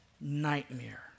nightmare